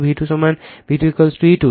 V2 সমান V2 E2